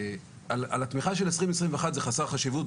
על התמיכה של 2021 זה חסר חשיבות,